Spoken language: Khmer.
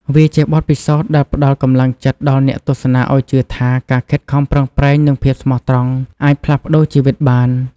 វាជាបទពិសោធដែលផ្ដល់កម្លាំងចិត្តដល់អ្នកទស្សនាឱ្យជឿថា ការខិតខំប្រឹងប្រែង និងភាពស្មោះត្រង់អាចផ្លាស់ប្ដូរជីវិតបាន។